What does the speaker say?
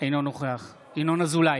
אינו נוכח ינון אזולאי,